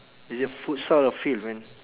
is it futsal or field man